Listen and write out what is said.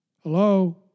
Hello